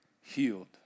healed